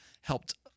helped